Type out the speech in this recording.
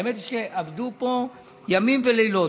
האמת היא שעבדו פה ימים ולילות,